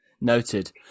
noted